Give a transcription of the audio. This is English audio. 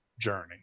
journey